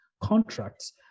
contracts